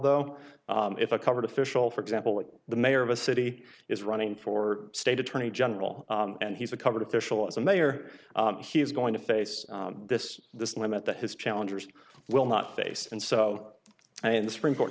though if a covered official for example if the mayor of a city is running for state attorney general and he's a covered official as a mayor he is going to face this this limit that his challengers will not face and so the supreme court